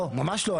לא, ממש לא.